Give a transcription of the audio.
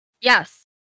Yes